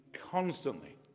constantly